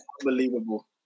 unbelievable